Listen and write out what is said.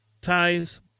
ties